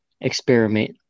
experiment